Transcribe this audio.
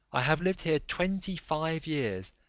i have lived here twenty-five years,